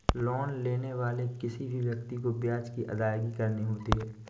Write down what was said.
loan लेने वाले किसी भी व्यक्ति को ब्याज की अदायगी करनी होती है